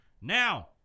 Now